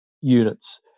units